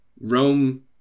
Rome